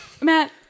Matt